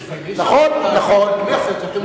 אי-אפשר להגיד בכנסת,